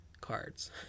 cards